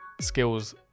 skills